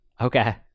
Okay